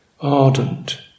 ardent